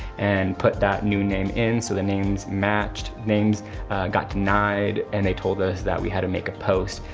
and put that new name in so the names matched. names got denied and they told us that we had to make a post,